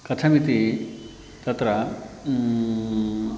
कथमिति तत्र